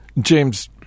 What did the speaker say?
James